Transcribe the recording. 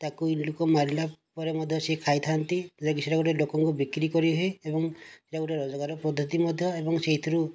ତାକୁ ଲୋକ ମାରିଲାପରେ ମଧ୍ୟ ସେ ଖାଇଥାନ୍ତି ଲୋକଙ୍କୁ ବିକ୍ରି କରିହୁଏ ଏବଂ ଏହିଟା ଗୋଟିଏ ରୋଜଗାର ପଦ୍ଧତି ମଧ୍ୟ ଏବଂ ସେଥିରୁ